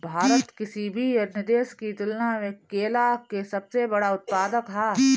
भारत किसी भी अन्य देश की तुलना में केला के सबसे बड़ा उत्पादक ह